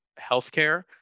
healthcare